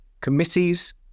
committees